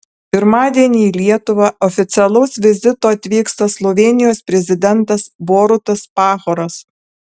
pirmadienį į lietuvą oficialaus vizito atvyksta slovėnijos prezidentas borutas pahoras